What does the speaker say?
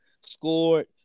scored